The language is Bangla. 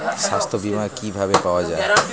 সাস্থ্য বিমা কি ভাবে পাওয়া যায়?